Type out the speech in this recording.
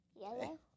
Yellow